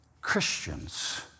Christians